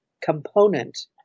component